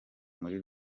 muri